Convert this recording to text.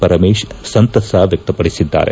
ಪರಮೇಶ್ ಸಂತಸ ವ್ಯಕ್ತಪಡಿಸಿದ್ದಾರೆ